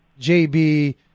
jb